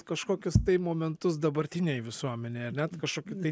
kažkokius tai momentus dabartinėj visuomenėj ar ne tą kažkokį tai